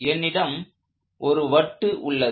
என்னிடம் ஒரு வட்டு உள்ளது